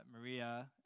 Maria